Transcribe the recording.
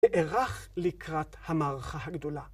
נערך לקראת המערכה הגדולה.